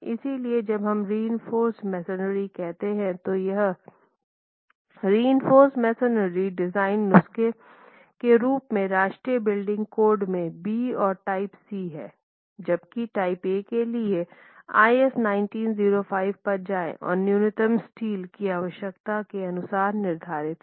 इसलिए जब हम रिइंफोर्स मेसनरी कहते हैं तो यह रिइंफोर्स मेसनरी डिज़ाइन नुस्खे के रूप में राष्ट्रीय बिल्डिंग कोड में बी और टाइप सी हैं जबकि टाइप ए के लिए आईएस 1905 पर जाएं और न्यूनतम स्टील की आवश्यकता के अनुसार निर्धारित है